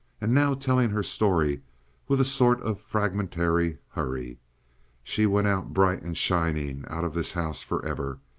and now telling her story with a sort of fragmentary hurry she went out bright and shining, out of this house for ever.